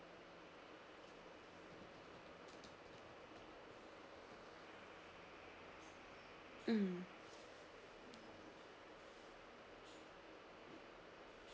mm